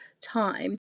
time